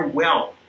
wealth